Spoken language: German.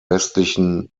westlichen